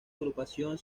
agrupación